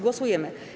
Głosujemy.